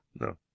No